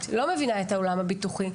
לא מבינה את העולם הביטוחי.